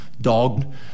dog